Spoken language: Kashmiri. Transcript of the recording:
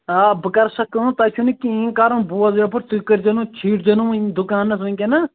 آ بہٕ کَرٕ سۅ کٲم تۄہہِ چھُو نہٕ کِہیٖنۍ کَرُن بوٗز یَپٲرۍ تُہۍ کٔرۍزیٚو نہٕ چھیٖڈۍزیٚو نہٕ وُنہِ دُکانس وُکٮ۪ن نہٕ